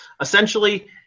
essentially